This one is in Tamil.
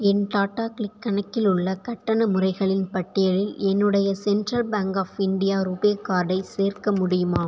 என் டாடா க்ளிக் கணக்கில் உள்ள கட்டண முறைகளின் பட்டியலில் என்னுடைய central bank of India RuPay கார்டை சேர்க்க முடியுமா